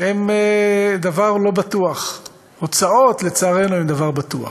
הן דבר לא בטוח, הוצאות, לצערנו, הן דבר בטוח.